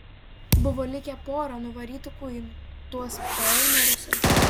buvo likę pora nuvarytų kuinų tuos paėmę rusai